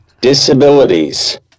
disabilities